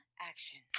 action